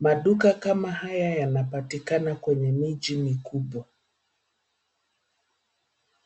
Maduka kama haya yana patikana kwenye miji mikubwa.